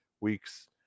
weeks